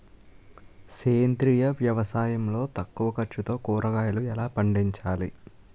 సేంద్రీయ వ్యవసాయం లో తక్కువ ఖర్చుతో కూరగాయలు ఎలా పండించాలి?